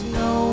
no